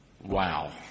Wow